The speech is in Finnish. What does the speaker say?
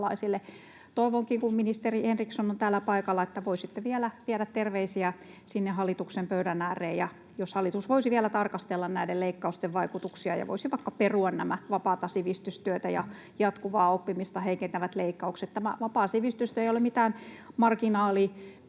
Toivonkin, kun ministeri Henriksson on täällä paikalla, että voisitte vielä viedä terveisiä sinne hallituksen pöydän ääreen, jos hallitus voisi vielä tarkastella näiden leikkausten vaikutuksia ja voisi vaikka perua nämä vapaata sivistystyötä ja jatkuvaa oppimista heikentävät leikkaukset. Tämä vapaa sivistystyö ei ole mitään marginaalikoulutusta,